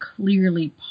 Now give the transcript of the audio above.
clearly